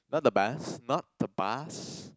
not the best not the best